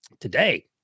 Today